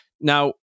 Now